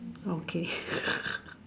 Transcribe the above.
okay